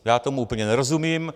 Já tomu úplně nerozumím.